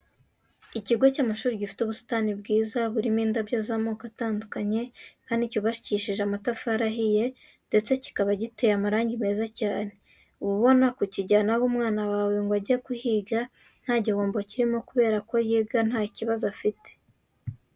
Ikigo cy'amashuri gifite ubusitani bwiza burimo indabyo z'amoko atandukanye kandi cyubakishije amatafari ahiye ndetse kikaba giteye amarangi meza cyane, uba ubona kukijyanaho umwana wawe ngo ajye kuhiga nta gihombo kirimo kubera ko yiga nta kibazo afite.